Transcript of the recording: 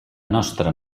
nostra